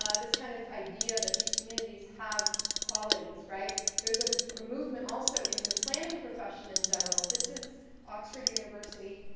ah this kind of idea that these communities have qualities. there's ah a movement also in the planning profession in general. this is oxford university,